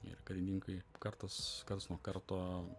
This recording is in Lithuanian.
ir karininkai kartas karts nuo karto